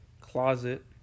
closet